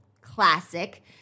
classic